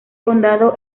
condado